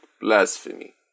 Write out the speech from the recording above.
blasphemy